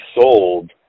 sold